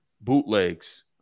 bootlegs